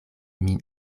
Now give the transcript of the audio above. min